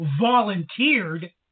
volunteered